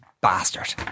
bastard